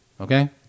okay